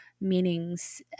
meanings